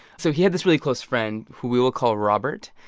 so he had this really close friend who we will call robert.